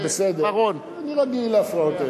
זה בסדר, אני רגיל להפרעות האלה.